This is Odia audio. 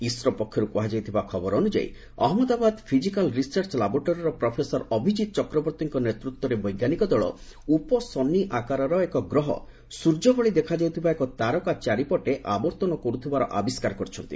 ଇସ୍ରୋ ପକ୍ଷରୁ କୁହାଯାଇଥିବା ଖବର ଅନୁଯାୟୀ ଅହମ୍ମଦାବାଦ ଫିଜିକାଲ୍ ରିସର୍ଚ୍ଚ ଲାବୋରେଟୋରୀର ପ୍ରଫେସର ଅଭିକିତ ଚକ୍ରବର୍ତ୍ତୀଙ୍କ ନେତୃତ୍ୱରେ ବୈଜ୍ଞାନିକ ଦଳ ଉପଶନି ଏକ ଗ୍ରହ ସୂର୍ଯ୍ୟଭଳି ଦେଖାଯାଉଥିବା ଏକ ତାରକା ଚାରିପଟେ ଆବର୍ତ୍ତନ କରୁଥିବାର ଆବିଷ୍କାର କରିଛନ୍ତି